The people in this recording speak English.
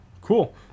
cool